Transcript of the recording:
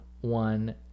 one